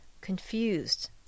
confused